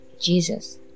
Jesus